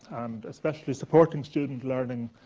and especially supporting student learning,